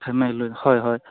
লৈ হয় হয়